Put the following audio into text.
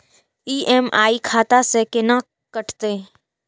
EMI खाता से केना कटते?